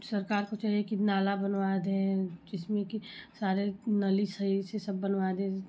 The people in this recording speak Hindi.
सरकार को चाहिए कि नाला बनवा दें जिसमें कि सारे नाली सही से सब बनवा दें